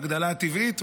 ההגדלה טבעית,